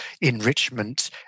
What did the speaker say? enrichment